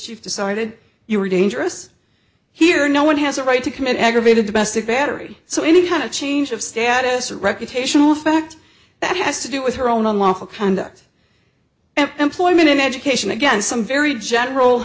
chief decided you were dangerous here no one has a right to commit aggravated domestic battery so any kind of change of status or reputational fact that has to do with her own unlawful conduct and employment in education again some very general